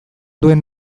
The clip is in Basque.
duen